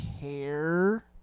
care